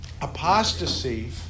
Apostasy